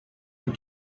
with